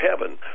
heaven